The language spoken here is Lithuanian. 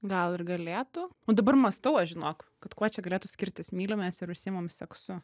gal ir galėtų o dabar mąstau aš žinok kad kuo čia galėtų skirtis mylimės ir užsiimam seksu